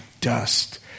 dust